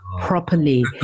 properly